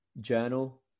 journal